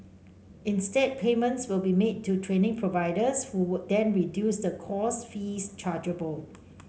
instead payments will be made to training providers who then reduce the course fees chargeable